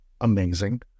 Amazing